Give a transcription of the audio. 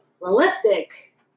realistic